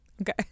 Okay